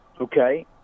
Okay